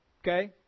Okay